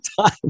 time